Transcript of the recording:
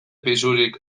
pisurik